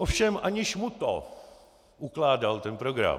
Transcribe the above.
Ovšem aniž mu to ukládal program.